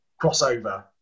crossover